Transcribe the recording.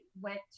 went